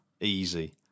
easy